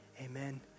Amen